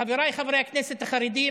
חבריי חברי הכנסת החרדים,